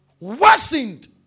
Worsened